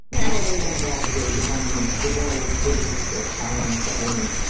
nowadays, antarctica is a continent devoid of cities, of permanent settlement,